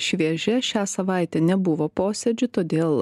šviežia šią savaitę nebuvo posėdžių todėl